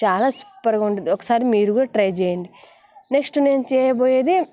చాలా సూపర్గా ఉంటుంది ఒకసారి మీరు కూడా ట్రై చేయండి నెక్స్ట్ నేను చేయబోయేది